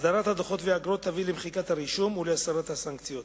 הסדרת הדוחות והאגרות תביא למחיקת הרישום ולהסרת הסנקציות.